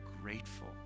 grateful